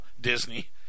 Disney